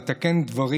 לתקן דברים